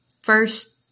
first